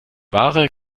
ware